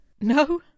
No